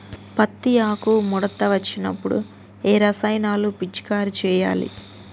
పత్తి ఆకు ముడత వచ్చినప్పుడు ఏ రసాయనాలు పిచికారీ చేయాలి?